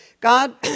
God